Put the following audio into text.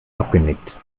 abgenickt